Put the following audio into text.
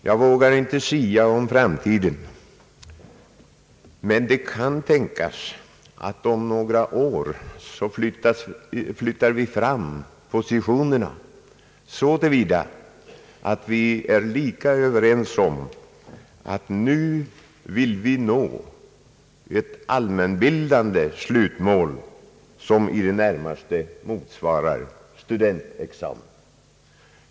Jag vågar inte sia om framtiden, men det kan tänkas att vi om några år flyttar fram positionerna så till vida att vi är lika överens om att vi vill nå ett allmänbildande slutmål som i det närmaste motsvarar studentexamen.